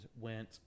went